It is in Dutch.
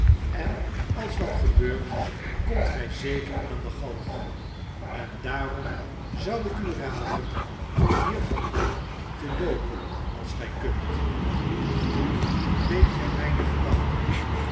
en als dat gebeurt komt gij zeker aan de galg en daarom zou ik u raden om hier varidaan te loopen als gij kunt nu weet gij mijne gedachten